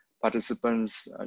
participants